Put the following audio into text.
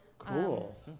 Cool